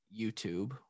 YouTube